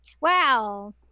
Wow